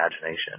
imagination